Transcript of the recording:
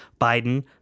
biden